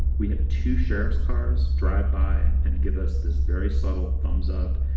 we had two sheriff's cars drive by and give us this very subtle thumbs up.